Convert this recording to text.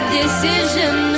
decision